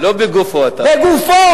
לא בגופו, לא בגופו.